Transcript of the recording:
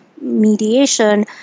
mediation